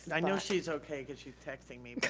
i know she's okay cause she's texting me.